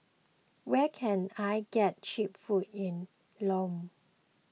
where can I get Cheap Food in Lome